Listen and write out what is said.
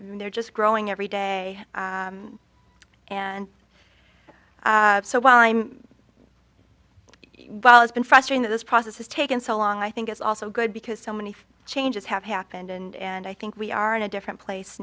they're just growing every day and so while i'm well it's been frustrating this process has taken so long i think it's also good because so many changes have happened and i think we are in a different place